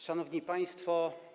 Szanowni Państwo!